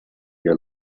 your